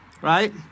right